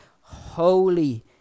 holy